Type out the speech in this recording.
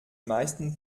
meisten